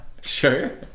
sure